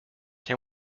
can